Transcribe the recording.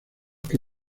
que